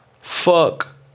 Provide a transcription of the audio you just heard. Fuck